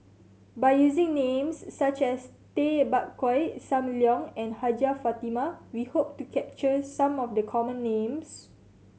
by using names such as Tay Bak Koi Sam Leong and Hajjah Fatimah we hope to capture some of the common names